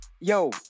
yo